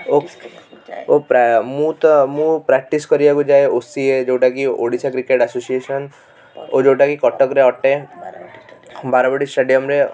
ଓ ପ୍ରାୟ ମୁଁ ତ ମୁଁ ପ୍ରାକ୍ଟିସ୍ କରିବାକୁ ଯାଏ ଓ ସି ଏ ଯେଉଁଟା କି ଓଡ଼ିଶା କ୍ରିକେଟ ଆସୋସିସନ ଓ ଯେଉଁଟା କି କଟକ ରେ ଅଟେ ବାରବାଟି ଷ୍ଟାଡ଼ିୟମ ରେ